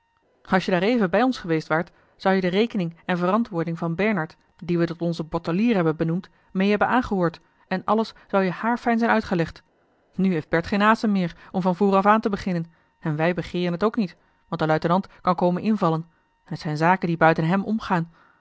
als je daareven bij ons geweest waart zou je de rekening en verantwoording van bernard dien we tot onzen bottelier hebben benoemd meê hebben aangehoord en alles zou je haarfijn zijn uitgelegd nu heeft berd geen asem meer om van voren af aan te beginnen en wij begeeren het ook niet want de luitenant kan komen invallen en t zijn zaken die buiten hem omgaan